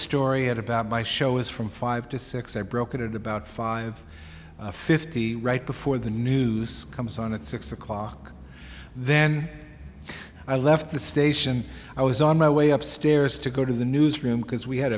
story about my show is from five to six i broke it at about five fifty right before the news comes on at six o'clock then i left the station i was on my way upstairs to go to the newsroom because we had